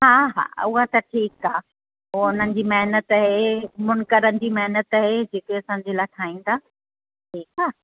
हा हा उहा त ठीकु आहे पोइ उन्हनि जी महिनत त हे मुनकरनि जी महिनतु हे जेके असांजे लाइ ठाहिनि था ठीकु आहे